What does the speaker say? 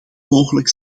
mogelijk